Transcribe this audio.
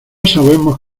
sabemos